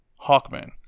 Hawkman